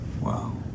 Wow